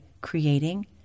creating